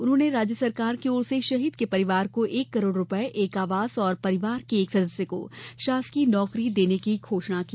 उन्होंने राज्य सरकार की ओर से शहीद के परिवार को एक करोड़ रूपये एक आवास और परिवार के एक सदस्य को शासकीय नौकरी देने की घोषणा की